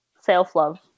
self-love